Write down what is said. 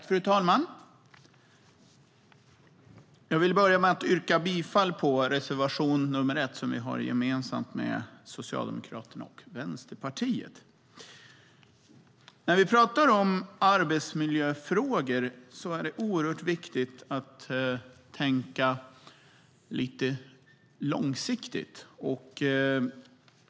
Fru talman! Jag vill börja med att yrka bifall till reservation nr 1, som vi har gemensamt med Socialdemokraterna och Vänsterpartiet. När vi pratar om arbetsmiljöfrågor är det oerhört viktigt att tänka lite långsiktigt.